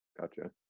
Gotcha